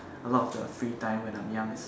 a lot of the free time when I'm young is